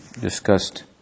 discussed